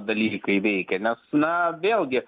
dalykai veikia nes na vėlgi